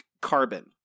carbon